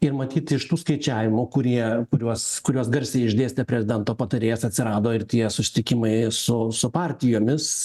ir matyt iš tų skaičiavimų kurie kuriuos kuriuos garsiai išdėstė prezidento patarėjas atsirado ir tie susitikimai su su partijomis